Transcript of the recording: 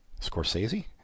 Scorsese